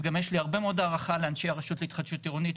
גם יש לי הרבה מאוד הערכה לאנשי הרשות להתחדשות עירונית,